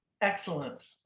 Excellent